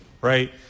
right